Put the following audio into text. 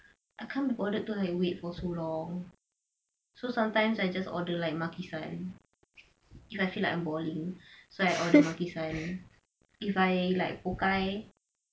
I can't be bothered to like wait for so long so sometimes I just order like Maki-San if I feel like I'm boring so I order Maki-San if I like pokai